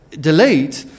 delayed